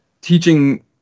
teaching